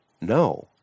No